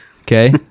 Okay